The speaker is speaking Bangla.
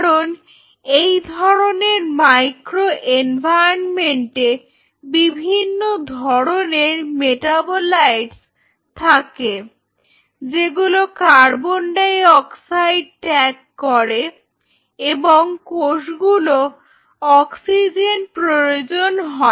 কারণ এই ধরনের মাইক্রো এনভারমেন্টে বিভিন্ন ধরনের মেটাবলাইটস থাকে যেগুলো কার্বন ডাই অক্সাইড ত্যাগ করে এবং কোষগুলোর অক্সিজেন প্রয়োজন হয়